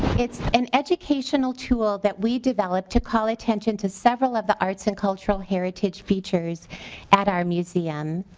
it's an educational tool that we developed to call attention to several of the arts and cultural heritage features at our museum.